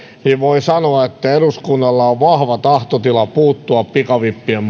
niin voin sanoa että eduskunnalla on vahva tahtotila puuttua pikavippien